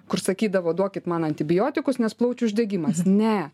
kur sakydavo duokit man antibiotikus nes plaučių uždegimas ne